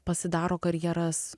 pasidaro karjeras